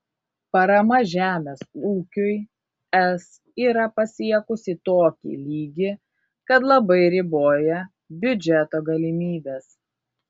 parama žemės ūkiui es yra pasiekusį tokį lygį kad labai riboja biudžeto galimybes